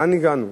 לאן הגענו?